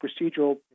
procedural